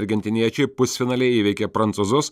argentiniečiai pusfinalyje įveikė prancūzus